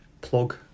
plug